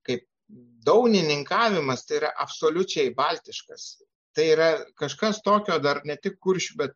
kaip dounininkavimas tai yra absoliučiai baltiškas tai yra kažkas tokio dar ne tik kuršių bet